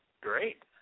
Great